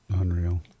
Unreal